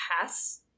pass